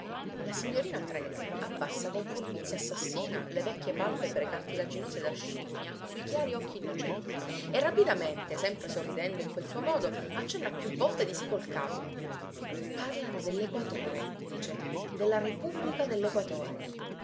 la signorina trecke abbassa con furbizia assassina le vecchie palpebre cartilaginose da scimmia sui chiari occhi innocenti e rapidamente sempre sorridendo in quel suo modo accenna più volte di sì col capo parlano dell'equatore dice della repubblica